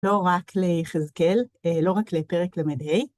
לא רק ליחזקל, לא רק לפרק למד הא.